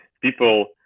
people